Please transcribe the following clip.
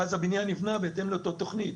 ואז הבניין נבנה בהתאם לאותה תוכנית.